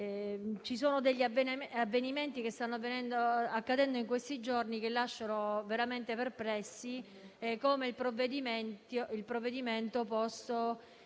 ci sono degli avvenimenti, che stanno accadendo in questi giorni, che lasciano veramente perplessi, come il provvedimento opposto